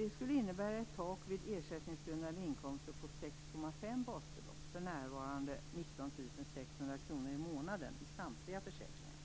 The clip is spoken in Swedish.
Det skulle innebära ett tak vid ersättningsgrundande inkomster på 6,5 basbelopp, för närvarande 19 600 kr i månaden, i samtliga försäkringar.